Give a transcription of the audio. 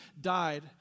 died